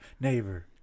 neighbor